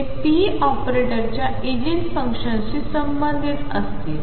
आणि ते p ऑपरेटरच्या इगेन फंक्शन्सशी संबंधित असतील